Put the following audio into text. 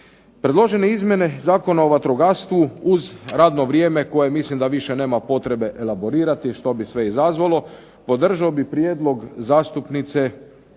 Predložene izmjene Zakona o vatrogastvu uz radno vrijeme koje mislim da više nema potrebe elaborirati što bi sve izazvalo podržao bi prijedlog zastupnice